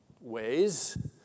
ways